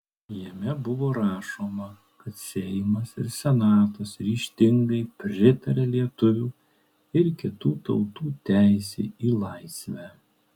jame buvo rašoma kad seimas ir senatas ryžtingai pritaria lietuvių ir kitų tautų teisei į laisvę